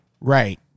Right